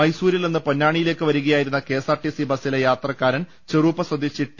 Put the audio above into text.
മൈസൂരിൽ നിന്ന് പൊന്നാനിയിലേക്ക് വരികയായിരുന്ന K S R T C ബസിലെ യാത്രക്കാരൻ ചെറൂപ്പ സ്വദേശി ടി